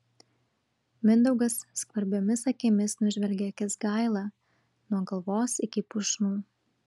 mindaugas skvarbiomis akimis nužvelgia kęsgailą nuo galvos iki pušnų